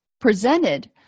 presented